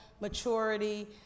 maturity